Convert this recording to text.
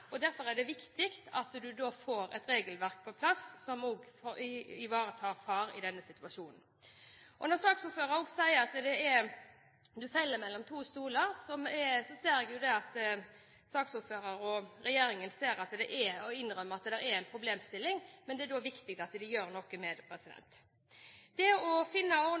og derfor er det viktig at en får et regelverk på plass som også ivaretar far i denne situasjonen. Når saksordføreren også sier at man faller mellom to stoler, ser jeg at saksordføreren og regjeringen ser og innrømmer at dette er en problemstilling. Det er da viktig at de gjør noe med det. Det å finne ordninger som ivaretar foreldrenes behov når barn dør, slik at de så raskt som mulig kan fungere i hverdagen og